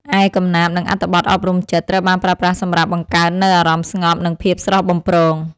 ឯកំណាព្យ និងអត្ថបទអប់រំចិត្ត ត្រូវបានប្រើប្រាស់សម្រាប់បង្កើតនូវអារម្មណ៍ស្ងប់ និងភាពស្រស់បំព្រង។